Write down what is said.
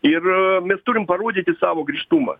ir mes turim parodyti savo griežtumą